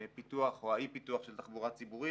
הפיתוח או האי פיתוח של תחבורה ציבורית: